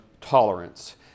tolerance